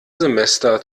semester